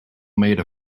made